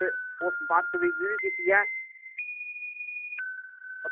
इस बदतमीजी बी कीती ऐ